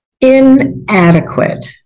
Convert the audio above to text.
inadequate